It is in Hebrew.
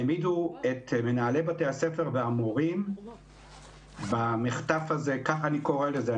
העמידו את מנהלי בתי-הספר והמורים במחטף הזה ככה אני קורא לזה,